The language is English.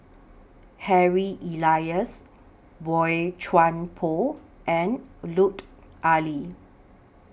Harry Elias Boey Chuan Poh and Lut Ali